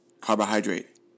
carbohydrate